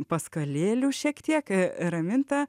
paskalėlių šiek tiek raminta